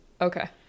Okay